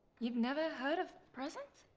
you've never heard of presents?